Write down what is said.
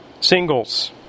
singles